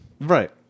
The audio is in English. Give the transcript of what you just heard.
Right